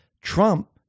Trump